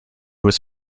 was